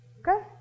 Okay